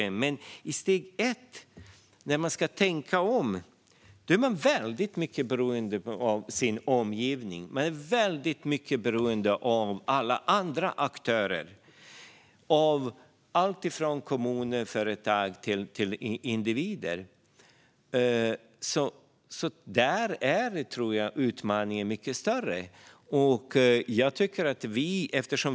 Men i steg 1, när man ska tänka om, är man mycket beroende av sin omgivning och av alla andra aktörer - allt från kommuner och företag till individer. Där tror jag utmaningen är mycket större.